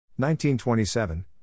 1927